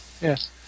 Yes